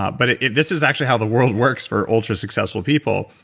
ah but this is actually how the world works for ultra-successful people.